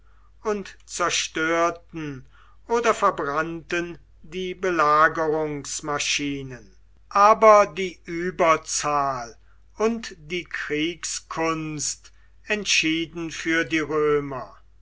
und zerstörten oder verbrannten die belagerungsmaschinen aber die überzahl und die kriegskunst entschieden für die römer